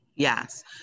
Yes